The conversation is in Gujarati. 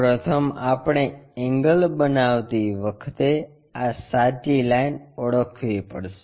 પ્રથમ આપણે એંગલ બનાવતી આ સાચી લાઈન ઓળખવી પડશે